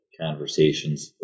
conversations